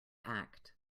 act